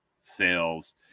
sales